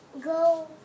Go